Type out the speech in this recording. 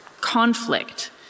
conflict